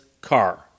car